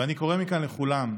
ואני קורא מכאן לכולם: